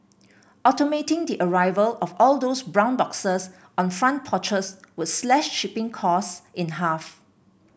automating the arrival of all those brown boxes on front porches would slash shipping costs in half